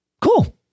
Cool